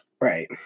Right